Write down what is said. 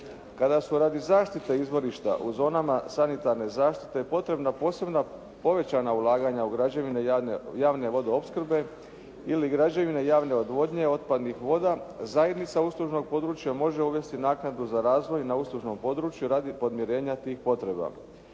Kada su radi zaštite izvorišta u zonama sanitarne zaštite potrebna posebna povećana ulaganja u građevine javne vodoopskrbe ili građevine javne odvodnje otpadnih voda, zajednica uslužnog područja može uvesti naknadu za razvoj na uslužnom području radi podmirenja tih potreba.